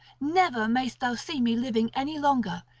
never mayst thou see me living any longer,